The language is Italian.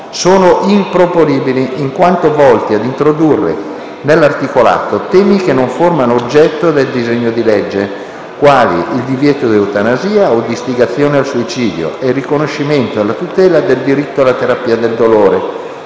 sono improponibili in quanto volti ad introdurre nell'articolato temi che non formano oggetto del disegno di legge quali il divieto di eutanasia o l'istigazione al suicidio e il riconoscimento e la tutela del diritto alla terapia del dolore,